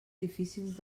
difícils